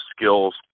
skills